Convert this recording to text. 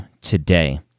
today